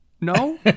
no